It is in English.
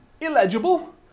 illegible